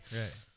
Right